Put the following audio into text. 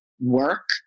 Work